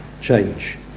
change